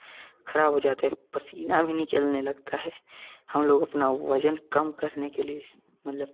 खराब हो जाता है पसीना भी निकलने लगता है हम लोग अपना वज़न कम करने के लिए मतलब